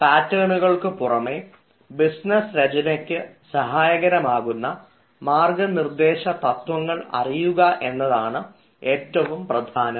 പാറ്റേണുകൾക്ക് പുറമെ ബിസിനസ് രചനയ്ക്ക് സഹായകരമാകുന്ന മാർഗ്ഗനിർദ്ദേശ തത്വങ്ങൾ അറിയുക എന്നതാണ് ഏറ്റവും പ്രധാനം